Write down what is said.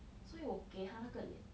所以我给他那个脸